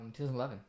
2011